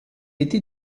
été